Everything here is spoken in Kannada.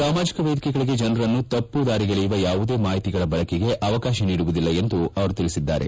ಸಾಮಾಜಿಕ ವೇದಿಕೆಗಳಿಗೆ ಜನರನ್ನು ತಮ್ಪದಾರಿಗೆಳೆಯುವ ಯಾವುದೇ ಮಾಹಿತಿಗಳ ಬಳಕೆಗೆ ಅವಕಾಶ ನೀಡುವುದಿಲ್ಲ ಎಂದು ಅವರು ತಿಳಿಸಿದ್ದಾರೆ